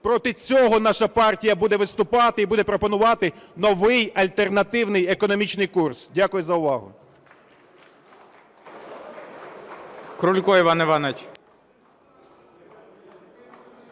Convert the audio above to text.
Проти цього наша партія буде виступати і буде пропонувати новий альтернативний економічний курс. Дякую за увагу.